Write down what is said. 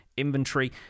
inventory